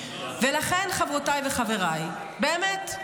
ולכן, חברותיי וחבריי, באמת,